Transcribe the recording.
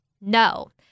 No